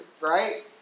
right